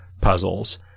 puzzles